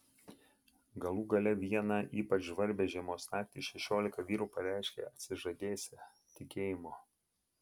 galų gale vieną ypač žvarbią žiemos naktį šešiolika vyrų pareiškė atsižadėsią tikėjimo